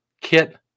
kit